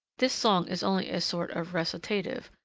this song is only a sort of recitative,